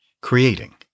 Creating